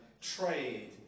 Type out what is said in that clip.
trade